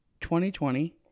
2020